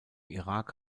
irak